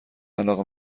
علاقه